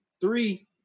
Three